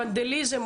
ונדליזם,